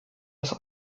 des